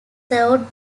served